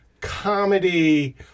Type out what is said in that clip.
comedy